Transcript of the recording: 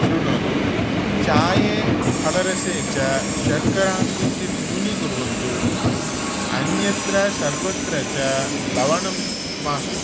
शृणोतु चाये फलरसे च शर्करां किञ्चित् न्यूनीकुर्वन्तु अन्यत्र सर्वत्र च लवणं मास्तु